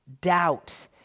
doubt